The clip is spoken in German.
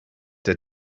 der